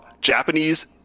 Japanese